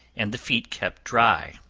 and the feet kept dry.